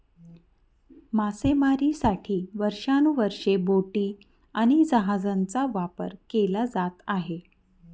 मासेमारीसाठी वर्षानुवर्षे बोटी आणि जहाजांचा वापर केला जात आहे